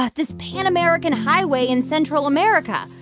ah this pan-american highway in central america.